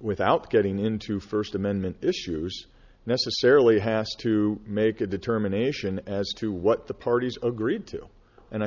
without getting into first amendment issues necessarily has to make a determination as to what the parties agreed to and i